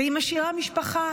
והיא משאירה משפחה